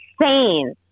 insane